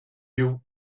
you